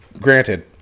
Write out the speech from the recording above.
granted